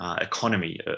economy